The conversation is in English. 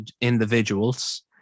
individuals